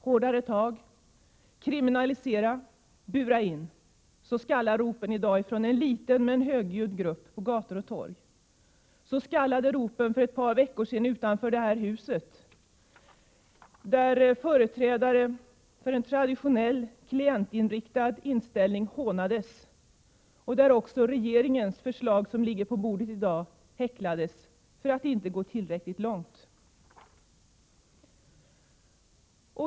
”Hårdare tag, kriminalisera, bura in!” Så skallar ropen i dag från en liten men högljudd grupp på gator och torg. Så skallade ropen för ett par veckor sedan utanför detta hus, där företrädare för en traditionell, klientinriktad inställning hånades och där också det regeringsförslag som i dag ligger på riksdagens bord häcklades för att det inte gick tillräckligt långt.